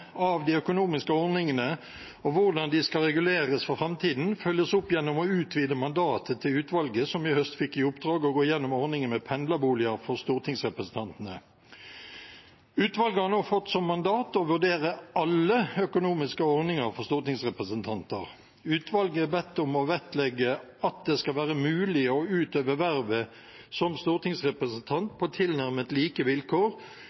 av de økonomiske ordningene og hvordan de skal reguleres for framtiden, skal følges opp gjennom å utvide mandatet til utvalget som i høst fikk i oppdrag å gå gjennom ordningen med pendlerboliger for stortingsrepresentantene. Utvalget har nå fått som mandat å vurdere alle økonomiske ordninger for stortingsrepresentanter. Utvalget er blitt bedt om å vektlegge at det skal være mulig å utøve vervet som stortingsrepresentant på tilnærmet like vilkår